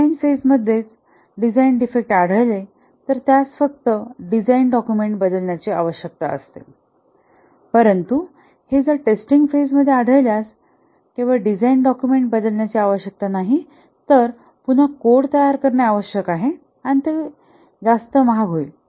design phase मध्ये च design defect आढळला तर त्यास फक्त डिझाइन डाक्युमेंट बदलण्याची आवश्यकता आहे परंतु हे चाचणी फेज मध्ये आढळल्यास केवळ डिझाइन डाक्युमेंट बदलण्याची आवश्यकता नाही परंतु कोड पुन्हा तयार करणे आवश्यक आहे आणि ते होईल जास्त महाग होईल